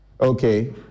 Okay